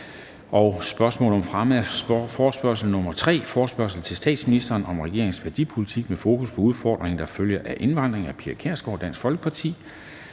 3) Spørgsmål om fremme af forespørgsel nr. F 3: Forespørgsel til statsministeren om regeringens værdipolitik med fokus på de udfordringer, der følger af indvandringen. Af Pia Kjærsgaard (DF) m.fl.